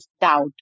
doubt